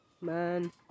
man